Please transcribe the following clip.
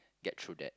get through that